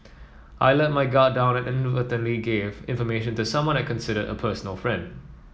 I let my guard down and inadvertently gave information to someone I considered a personal friend